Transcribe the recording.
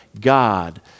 God